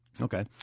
Okay